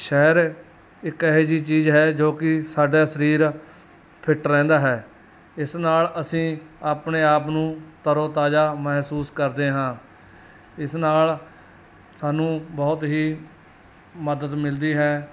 ਸੈਰ ਇੱਕ ਇਹੋ ਜਿਹੀ ਚੀਜ਼ ਹੈ ਜੋ ਕਿ ਸਾਡਾ ਸਰੀਰ ਫਿੱਟ ਰਹਿੰਦਾ ਹੈ ਇਸ ਨਾਲ ਅਸੀਂ ਆਪਣੇ ਆਪ ਨੂੰ ਤਰੋ ਤਾਜ਼ਾ ਮਹਿਸੂਸ ਕਰਦੇ ਹਾਂ ਇਸ ਨਾਲ ਸਾਨੂੰ ਬਹੁਤ ਹੀ ਮਦਦ ਮਿਲਦੀ ਹੈ